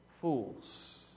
fools